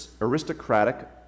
aristocratic